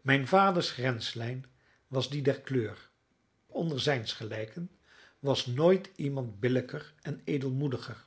mijn vaders grenslijn was die der kleur onder zijns gelijken was nooit iemand billijker en edelmoediger